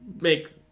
make